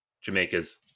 jamaica's